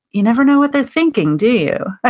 you never know what they're thinking, do